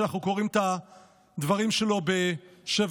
שאנחנו קוראים את הדברים שלו בשלוש